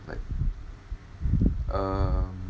like um